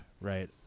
right